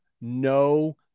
no